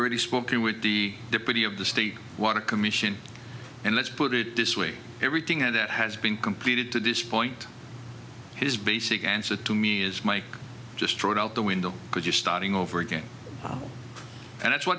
already spoken with the deputy of the state water commission and let's put it this way everything that has been completed to this point his basic answer to me is mike just rode out the window because you're starting over again and that's wh